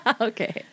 Okay